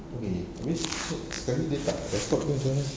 okay habis so sekarang dia tak laptop ke macam mana